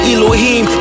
Elohim